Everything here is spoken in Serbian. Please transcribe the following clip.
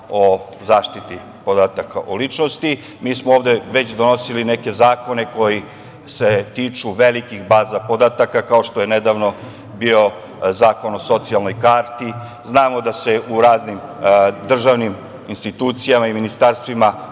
o zaštiti podataka o ličnosti. Mi smo ovde već donosili neke zakone koji se tiču velikih baza podataka, kao što je nedavno bio Zakon o socijalnoj karti. Znamo da se u raznim državnim institucijama i ministarstvima